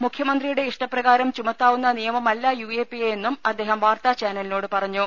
മുഖ്യമന്ത്രിയുടെ ഇഷ്ട പ്രകാരം ചൂമത്താവുന്ന നിയമമല്ല യുഎപിഎ എന്നും അദ്ദേഹം വാർത്താചാനലിനോട് പറഞ്ഞു